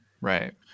Right